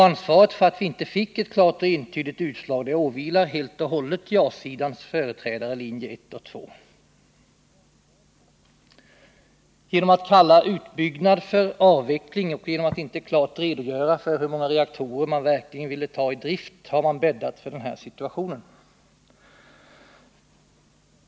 Ansvaret för att vi inte fick ett klart och entydigt utslag åvilar helt och hållet ja-sidans företrädare linje 1 och linje 2. Genom att kalla utbyggnad för avveckling och genomatt inte klart redogöra för hur många reaktorer man verkligen ville ta i drift har man bäddat för den här situationen.